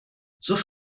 což